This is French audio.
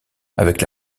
avec